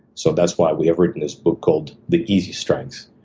so that's why we have written this book called the easy strength.